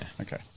Okay